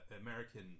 American